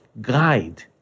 guide